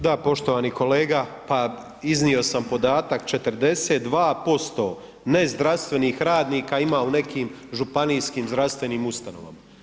Da poštovani kolega, pa iznio sam podatak 42% nezdravstvenih radnika ima u nekim županijskim zdravstvenim ustanovama.